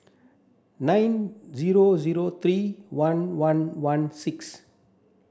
nine zero zero three one one one six